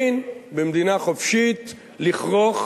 במדינה חופשית אין לכרוך